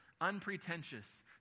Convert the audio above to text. unpretentious